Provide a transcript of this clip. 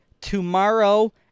tomorrow